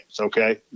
okay